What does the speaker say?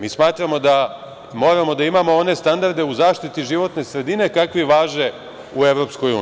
Mi smatramo da moramo da imamo one standarde u zaštiti životne sredine kakvi važe u EU.